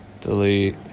Delete